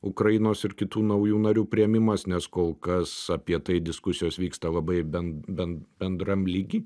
ukrainos ir kitų naujų narių priėmimas nes kol kas apie tai diskusijos vyksta labai ben ben bendram lygy